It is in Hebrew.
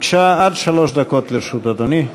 בבקשה, עד שלוש דקות לרשות אדוני.